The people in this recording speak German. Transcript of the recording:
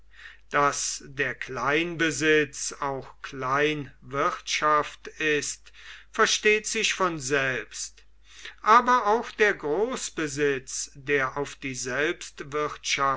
daß der kleinbesitz auch kleinwirtschaft ist versteht sich von selbst aber auch der großbesitz der auf die